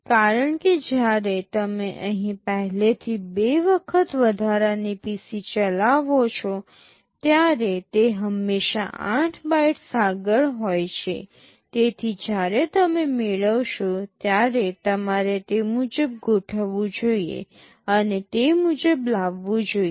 કારણ કે જ્યારે તમે અહીં પહેલેથી બે વખત વધારાની PC ચલાવો છો ત્યારે તે હંમેશાં 8 બાઇટ્સ આગળ હોય છે જેથી જ્યારે તમે મેળવશો ત્યારે તમારે તે મુજબ ગોઠવવું જોઈએ અને તે મુજબ લાવવું જોઈએ